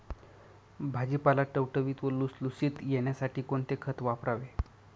भाजीपाला टवटवीत व लुसलुशीत येण्यासाठी कोणते खत वापरावे?